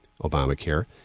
Obamacare